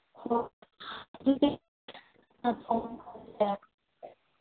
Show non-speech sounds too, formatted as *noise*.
*unintelligible*